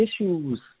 issues